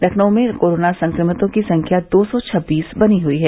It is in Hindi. लखनऊ में कोरोना संक्रमितों की संख्या दो सौ छब्बीस बनी हयी है